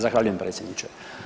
Zahvaljujem predsjedniče.